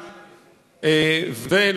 פריימריז.